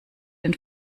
den